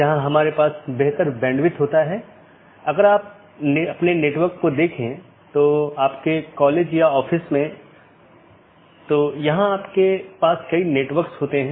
अगर जानकारी में कोई परिवर्तन होता है या रीचचबिलिटी की जानकारी को अपडेट करते हैं तो अपडेट संदेश में साथियों के बीच इसका आदान प्रदान होता है